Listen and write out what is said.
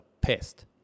pest